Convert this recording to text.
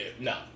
No